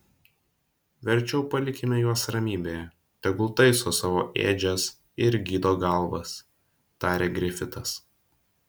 verčiau palikime juos ramybėje tegu taiso savo ėdžias ir gydo galvas tarė grifitas